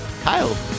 Kyle